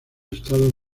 estados